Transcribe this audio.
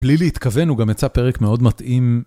בלי להתכוון, הוא גם יצא פרק מאוד מתאים.